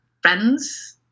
friends